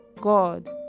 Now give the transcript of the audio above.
God